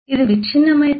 ఇది విచ్ఛిన్నమైతే